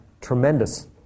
tremendous